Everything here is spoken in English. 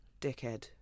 Dickhead